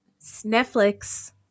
Netflix